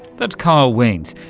that's kyle wiens.